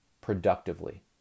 productively